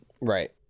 Right